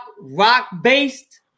rock-based